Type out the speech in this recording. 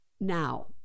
now